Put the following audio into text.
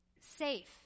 safe